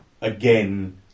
Again